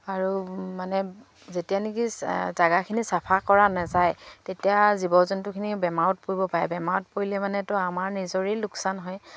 আৰু মানে যেতিয়া নেকি জাগাখিনি চাফা কৰা নাযায় তেতিয়া জীৱ জন্তুখিনি বেমাৰত পৰিব পাৰে বেমাৰত পৰিলে মানেতো আমাৰ নিজৰেই লোকচান হয়